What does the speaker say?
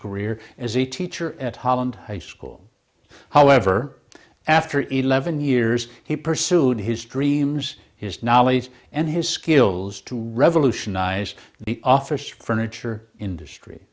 career as a teacher at holland high school however after eleven years he pursued his dreams his knowledge and his skills to revolutionize the office furniture industry